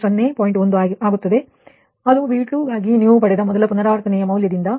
1 ಆಗುತ್ತದೆ ಅದು V2 ಗಾಗಿ ನೀವು ಪಡೆದ ಮೊದಲ ಪುನರಾವರ್ತನೆಯ ಮೌಲ್ಯದಿಂದ ಭಾಗಿಸಿ 0